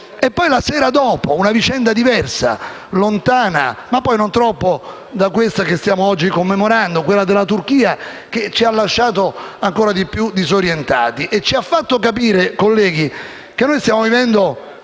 E la sera dopo accade una vicenda diversa, lontana, ma poi non troppo, da questa che stiamo oggi commemorando. La vicenda della Turchia, che ci ha lasciato ancora di più disorientati e ci ha fatto capire, colleghi, che noi stiamo vivendo